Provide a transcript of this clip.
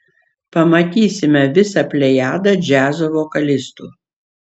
pamatysime visą plejadą džiazo vokalistų